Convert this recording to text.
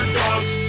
dogs